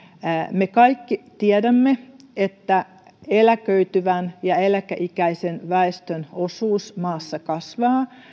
me kaikki tiedämme että eläköityvän ja eläkeikäisen väestön osuus maassa kasvaa